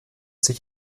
sich